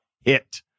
hit